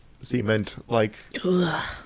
cement-like